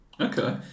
Okay